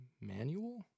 Manual